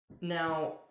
Now